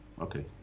Okay